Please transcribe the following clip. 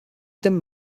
them